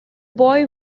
boy